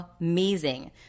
amazing